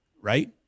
Right